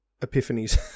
epiphanies